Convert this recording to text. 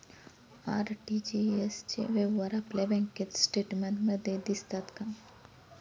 RTGS चे व्यवहार आपल्या बँक स्टेटमेंटमध्ये दिसतात का?